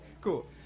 Cool